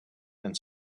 and